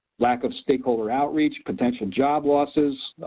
lack of stakeholder outreach, potential job losses,